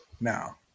Now